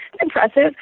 impressive